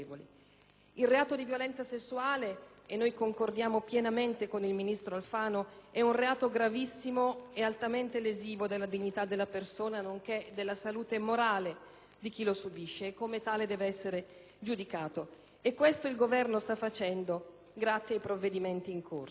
Il reato di violenza sessuale - concordiamo pienamente con il ministro Alfano - è un reato gravissimo e altamente lesivo della dignità della persona, nonché della salute morale di chi lo subisce, e come tale deve essere giudicato. Questo è ciò che il Governo sta facendo grazie ai provvedimenti